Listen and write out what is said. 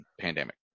pandemic